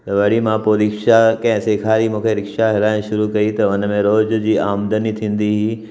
वरी मां पोइ रिक्शा कंहिं सेखारी मूंखे रिक्शा हलाइणु शुरू कई त हुनमें रोज़ जी आमदनी थींदी हुई